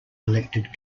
elected